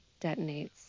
detonates